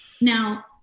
Now